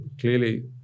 clearly